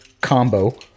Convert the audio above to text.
combo